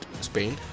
Spain